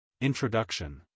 INTRODUCTION